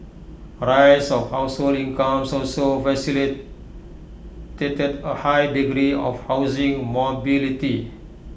A rise of household incomes also facilitated A high degree of housing mobility